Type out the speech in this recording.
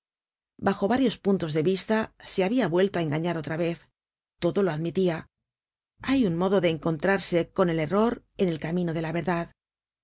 bajo varios puntos de vista se habia vuelto á engañar otra vez todo lo admitia hay un modo de encontrarse con el error en el camino de la verdad